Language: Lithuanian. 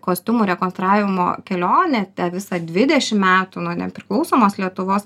kostiumų rekonstravimo kelionė ta visa dvidešim metų nuo nepriklausomos lietuvos